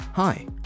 hi